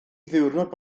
ddiwrnod